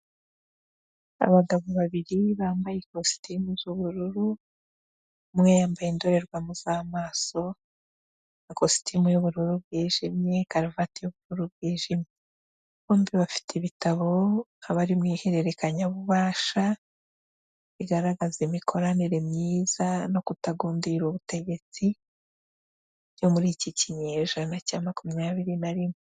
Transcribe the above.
Abagabo babiri bambaye ikositimu z'ubururu, umwe yambaye indorerwamo z'amaso na kositimu y'ubururu bwijimye, karuvati y'ubururu bwijimye. Bombi bafite ibitabo nk'abari mu ihererekanyabubasha, bigaragaza imikoranire myiza no kutagundira ubutegetsi byo muri iki kinyejana cya makumyabiri na rimwe.